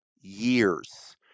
years